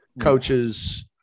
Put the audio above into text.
coaches